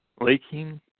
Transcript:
leaking